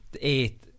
eight